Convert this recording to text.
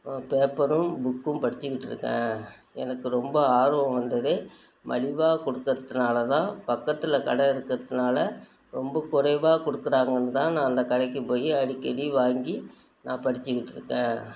பேப்பரும் புக்கும் படிச்சுக்கிட்டு இருக்கேன் எனக்கு ரொம்ப ஆர்வம் வந்ததே மலிவாக கொடுக்கறதுனால தான் பக்கத்தில் கடை இருக்கிறதுனால ரொம்ப குறைவாக கொடுக்குறாங்கன்னு தான் நான் அந்த கடைக்கு போய் அடிக்கடி வாங்கி நான் படிச்சுக்கிட்டு இருக்கேன்